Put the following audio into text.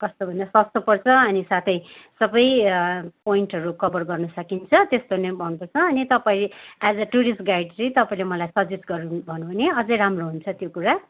कस्तो भन्दा सस्तो पर्छ अनि साथै सबै पोइन्टहरू कभर गर्न सकिन्छ त्यस्तो नै मनपर्छ अनि तपाईँ आज टुरिस्ट गाइड चाहिँ तपाईँले मलाई सजेस्ट गर्नु भनु हुने अझै राम्रो हुन्छ त्यो कुरा